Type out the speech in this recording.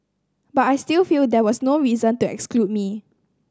but I still feel there was no reason to exclude me